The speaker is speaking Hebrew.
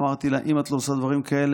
אמרתי לה: אם את לא עושה דברים כאלה,